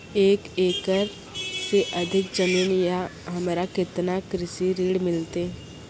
एक एकरऽ से अधिक जमीन या हमरा केतना कृषि ऋण मिलते?